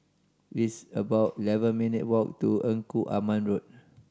it's about eleven minute walk to Engku Aman Road